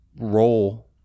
role